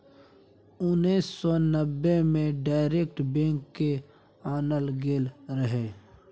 उन्नैस सय नब्बे मे डायरेक्ट बैंक केँ आनल गेल रहय